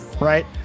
right